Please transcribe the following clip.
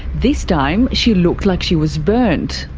this time she looked like she was burnt.